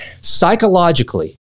Psychologically